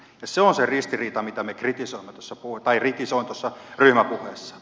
se on se ristiriita mitä kritisoin tuossa ryhmäpuheessa